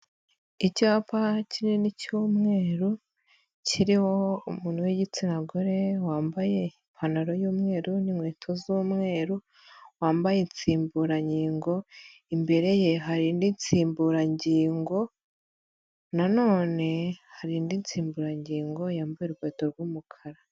Icyapa kinini cy'umweru kiriho umuntu w'igitsina gore wambaye ipantaro y'umweru n'inkweto z'umweru, wambaye insimburangingo imbere ye hari indi nsimburangingo, na none hari indi nsimburangingo yambaye urukweto rw'umukara.